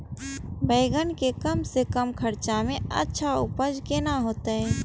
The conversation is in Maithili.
बेंगन के कम से कम खर्चा में अच्छा उपज केना होते?